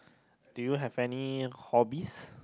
do you have any hobbies